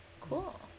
Cool